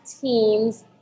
teams